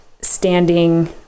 standing